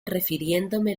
refiriéndome